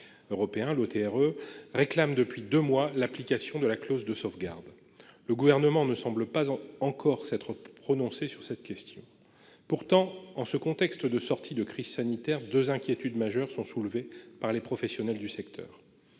(OTRE), réclament depuis deux mois l'application de la clause de sauvegarde. Le Gouvernement ne semble pas encore s'être prononcé sur cette question. Pourtant, en ce contexte de sortie de crise sanitaire, deux inquiétudes majeures sont soulevées par les professionnels du secteur.